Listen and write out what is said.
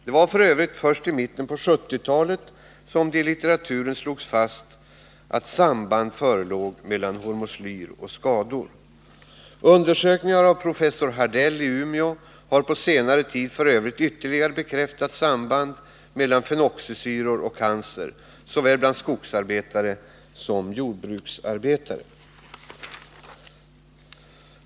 Det var f. ö. först i mitten på 1970-talet som det i litteraturen slogs fast att samband förelåg mellan hormoslyr och skador. Undersökningar av professor Hardell i Umeå har på senare tid f.ö. ytterligare bekräftat sambandet mellan fenoxisyror och cancer bland såväl skogsarbetare som jordbruksarbetare.